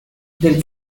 del